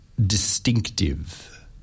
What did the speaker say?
distinctive